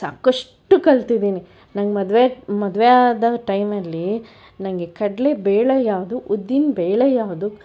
ಸಾಕಷ್ಟು ಕಲ್ತಿದ್ದೀನಿ ನನ್ಗೆ ಮದುವೆ ಮದುವೆಯಾದ ಟೈಮಲ್ಲಿ ನನಗೆ ಕಡಲೇಬೇಳೆ ಯಾವುದು ಉದ್ದಿನ ಬೇಳೆ ಯಾವುದು